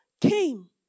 came